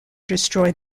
destroy